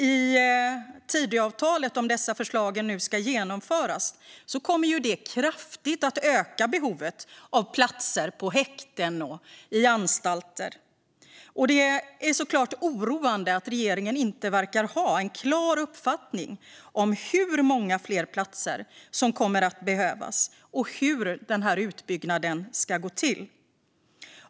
Om förslagen i Tidöavtalet ska genomföras kommer det att kraftigt öka behovet av platser på häkten och på anstalter. Det är såklart oroande att regeringen inte verkar ha en klar uppfattning om hur många fler platser som kommer att behövas och hur denna utbyggnad ska gå till.